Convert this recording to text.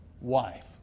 wife